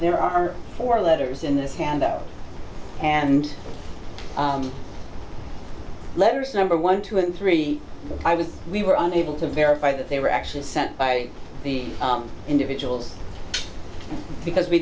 there are four letters in this handout and letters number one two and three i was we were unable to verify that they were actually sent by the individuals because we